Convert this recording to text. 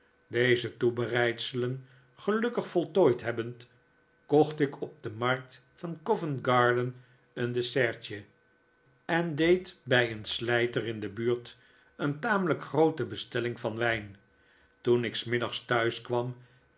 deze toebereidselen gelukkig voltooid hebbend kocht ik op de markt van covent garden een dessertje en deed bij een slijter in die buurt een tamelijk groote bestelling van wijn toen ik s middags